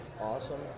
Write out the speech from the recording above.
awesome